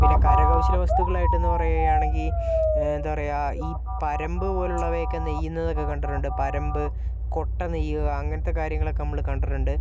പിന്നെ കരകൗശല വസ്തുക്കളായിട്ട് എന്ന് പറയുകയാണെങ്കിൽ എന്താ പറയുക ഈ പരമ്പ് പോലെ ഉള്ളവയൊക്കെ നെയ്യുന്നത് ഒക്കെ കണ്ടിട്ടുണ്ട് പരമ്പ് കൊട്ട നെയ്യുക അങ്ങനത്തെയൊക്കെ കാര്യങ്ങളൊക്കെ നമ്മള് കണ്ടിട്ടുണ്ട്